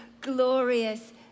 glorious